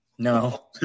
No